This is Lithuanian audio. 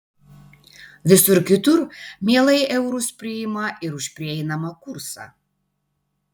visur kitur mielai eurus priima ir už prieinamą kursą